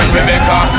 Rebecca